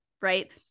right